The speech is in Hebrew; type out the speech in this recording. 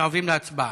אנחנו עוברים להצבעה.